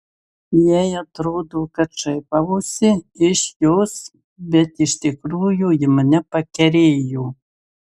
jai atrodo kad šaipausi iš jos bet iš tikrųjų ji mane pakerėjo